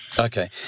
Okay